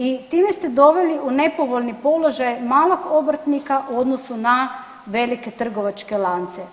I time ste doveli u nepovoljni položaj malog obrtnika u odnosu na velike trovačke lance.